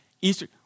Easter